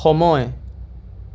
সময়